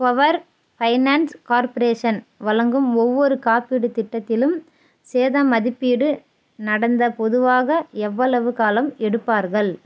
power finance corporation வழங்கும் ஒவ்வொரு காப்பீட்டுத் திட்டத்திலும் சேத மதிப்பீடு நடத்த பொதுவாக எவ்வளவு காலம் எடுப்பார்கள்